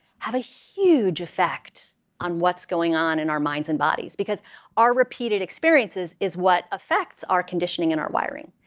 have a huge effect on what's going on in our minds and bodies because our repeated experiences is what affects our conditioning and our wiring.